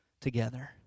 together